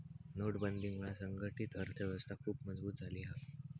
नोटबंदीमुळा संघटीत अर्थ व्यवस्था खुप मजबुत झाली हा